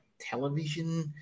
television